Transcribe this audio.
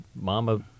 mama